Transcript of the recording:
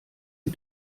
sie